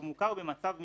כשהוא מוכר במצב מינהלי,